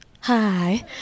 Hi